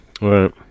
Right